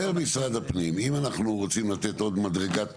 אומר משרד הפנים אם אנחנו רוצים לתת עוד מדרגת תיקון,